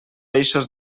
eixos